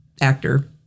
actor